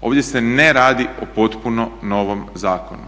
Ovdje se ne radi o potpuno novom zakonu,